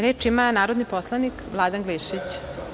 Reč ima narodni poslanik, Vladan Glišić.